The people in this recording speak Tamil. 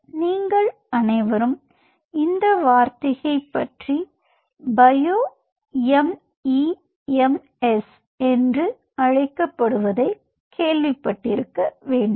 நீங்கள் அனைவரும் இந்த வார்த்தையைப் பற்றி பயோ எம்இஎம்எஸ் என்று அழைக்கப் படுவதை கேள்விப்பட்டிருக்க வேண்டும்